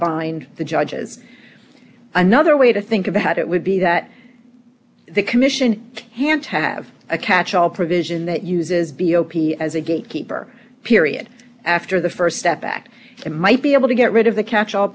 bind the judges another way to think about it would be that the commission han't have a catch all provision that uses b o p s as a gatekeeper period after the st step back and might be able to get rid of the catch all